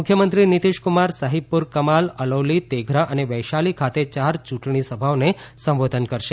મુખ્યમંત્રી નીતિશ કુમાર સહિબપુર કમાલ અલૌલી તેઘરા અને વૈશાતી ખાતે ચાર ચૂંટણી સભાઓને સંબોધન કરશે